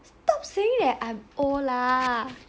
stop saying that I'm old lah